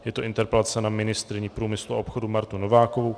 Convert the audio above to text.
Je to interpelace na ministryni průmyslu a obchodu Martu Novákovou.